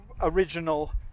original